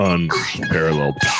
Unparalleled